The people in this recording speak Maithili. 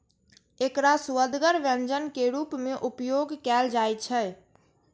एकरा सुअदगर व्यंजन के रूप मे उपयोग कैल जाइ छै